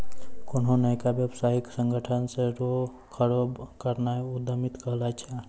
कोन्हो नयका व्यवसायिक संगठन रो खड़ो करनाय उद्यमिता कहलाय छै